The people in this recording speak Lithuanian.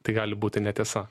tai gali būti netiesa